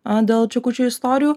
dėl čekučių istorijų